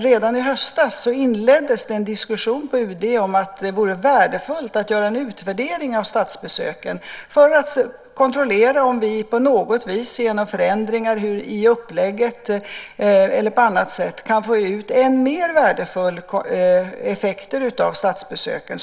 Redan i höstas inleddes det en diskussion på UD om att det vore värdefullt att göra en utvärdering av statsbesöken för att kontrollera om vi på något vis, genom förändringar i upplägget eller på annat sätt, kan få ut ännu mer värdefulla effekter av statsbesöken.